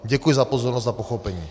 Děkuji za pozornost a pochopení.